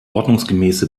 ordnungsgemäße